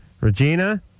Regina